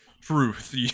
truth